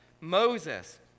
Moses